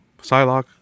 Psylocke